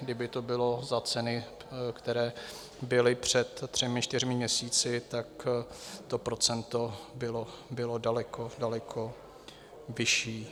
Kdyby to bylo za ceny, které byly před třemi čtyřmi měsíci, tak to procento bylo daleko, daleko vyšší.